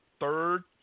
third